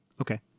okay